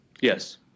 Yes